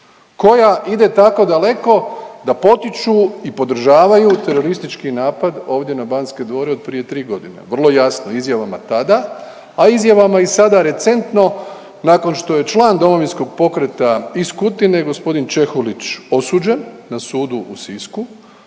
koja ide tako daleko da potiču i podržavaju teroristički napad ovdje na Banske dvore od prije tri godine vrlo jasno izjavama tada, a izjavama i sada recentno nakon što je član Domovinskog pokreta iz Kutine gospodin Čehulić osuđen na sudu u Sisku